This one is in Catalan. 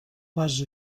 base